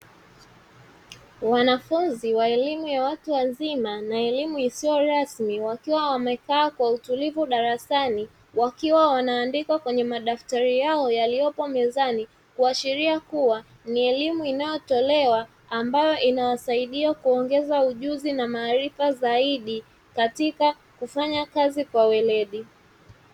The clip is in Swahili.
Wanafunzi wa elimu ya watu wazima na elimu isiyo rasmi wakiwa wamekaa kwa utulivu darasani, wakiwa wanaandika kwenye madaftari yao yaliyopo mezani, kuashiria kuwa ni elimu inayotolewa ambayo inawasaidia kuongeza ujuzi na maarifa zaidi katikati kufanya kazi kwa weledi.